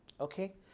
Okay